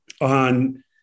on